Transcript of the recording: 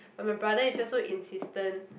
but my brother is just so insistent